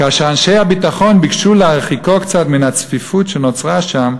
כאשר אנשי הביטחון ביקשו להרחיקו קצת מן הצפיפות שנוצרה שם,